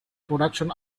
production